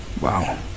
Wow